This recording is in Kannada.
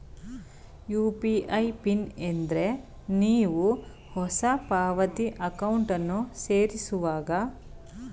ಯು.ಪಿ.ಐ ಪಿನ್ ಎಂದ್ರೆ ನೀವು ಹೊಸ ಪಾವತಿ ಅಕೌಂಟನ್ನು ಸೇರಿಸುವಾಗ ವಹಿವಾಟು ನಡೆಸುವಾಗ ನೀವು ನಮೂದಿಸುವ ಸಂಖ್ಯೆಯಾಗಿದೆ